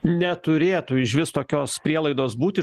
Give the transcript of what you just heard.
neturėtų išvis tokios prielaidos būti